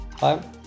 Bye